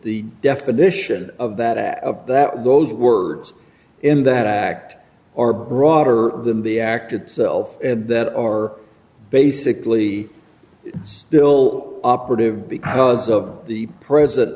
the definition of that that those words in that act or broader than the act itself and that are basically still operative because of the present